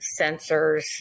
sensors